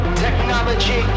technology